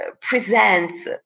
presents